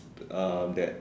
um that